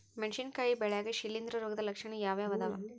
ಮೆಣಸಿನಕಾಯಿ ಬೆಳ್ಯಾಗ್ ಶಿಲೇಂಧ್ರ ರೋಗದ ಲಕ್ಷಣ ಯಾವ್ಯಾವ್ ಅದಾವ್?